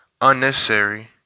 unnecessary